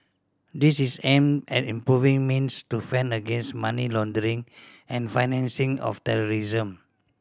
this is aimed at improving means to fend against money laundering and the financing of terrorism